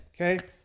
okay